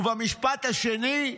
ובמשפט השני: